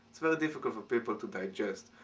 it's very difficult for people to digest,